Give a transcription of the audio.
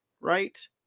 right